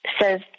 says